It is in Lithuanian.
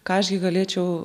ką aš gi galėčiau